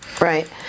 right